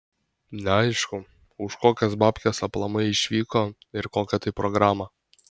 neaišku už kokias babkes aplamai išvyko ir kokia tai programa